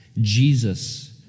Jesus